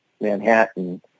Manhattan